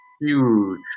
huge